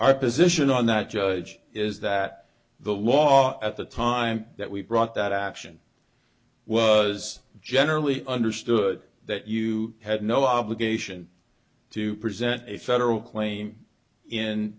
our position on that judge is that the law at the time that we brought that action was generally understood that you had no obligation to present a federal claim in